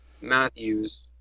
Matthews